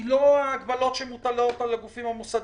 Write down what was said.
היא לא ההגבלות שמוטלות על הגופים המוסדיים,